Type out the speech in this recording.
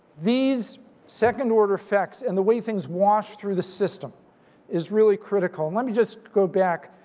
these second-order effects and the way things wash through the system is really critical. and let me just go back.